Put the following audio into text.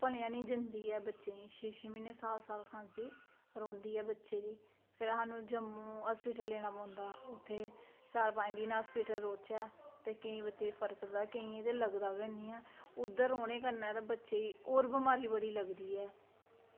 भलेआं गै निं जंदी ऐ बच्चें गी छे छे म्हीनै साल साल खांसी रौहंदी ऐ बच्चे गी फिर सानूं जम्मू हॉस्पिटल लैना पौंदा उत्थें चार पंज दिन हॉस्पिटल उत्थें रौहचे ते केईं बच्चें गी फर्क होंदा ते केईं बच्चें गी लगदा निं ऐ उद्धर रौह्ने कन्नै बच्चें गी होर बमारी लगदी ऐ